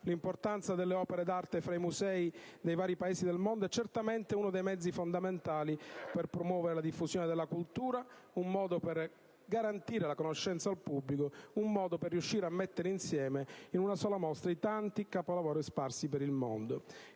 Lo scambio delle opere d'arte fra i musei dei vari Paesi del mondo è certamente uno dei mezzi fondamentali per promuovere la diffusione della cultura, un modo per garantire la conoscenza al pubblico, un modo per riuscire a mettere insieme in una sola mostra i tanti capolavori sparsi per il mondo.